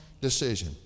decision